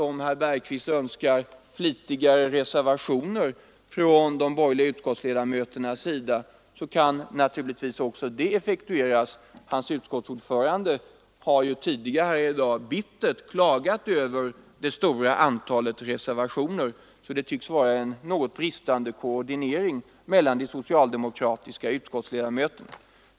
Om herr Bergqvist önskar flera reservationer från de borgerliga Nr87 utskottsledamöterna, kan säkert detta krav tillgodoses. Men utskottets Tisdagen den ordförande har tidigare i dag bittert klagat över det stora antalet 21 maj 1974 reservationer. Det tycks råda en bristande samstämmighet mellan de socialdemokratiska utskottsledamöterna.